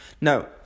Now